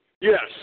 Yes